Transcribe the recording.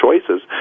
choices